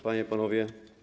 Panie i Panowie!